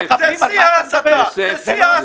זה שיא ההסתה.